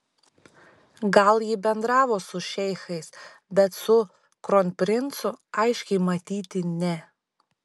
gal ji bendravo su šeichais bet su kronprincu aiškiai matyti ne